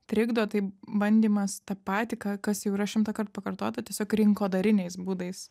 trikdo tai bandymas tą patį ką kas jau yra šimtąkart pakartota tiesiog rinkodariniais būdais